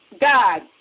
God